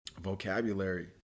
vocabulary